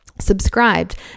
subscribed